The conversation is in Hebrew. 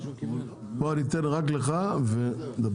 אני אתן רק לך לדבר.